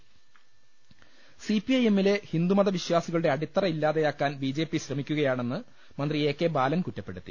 ലലലലലലലലലലലലല C P I എമ്മിലെ ഹിന്ദുമത വിശ്വാസികളുടെ അടിത്തറ ഇല്ലാതെയാക്കാൻ ബി ജെ പി ശ്രമിക്കുക യാണെന്ന് മന്ത്രി എ കെ ബാലൻ കുറ്റപ്പെടുത്തി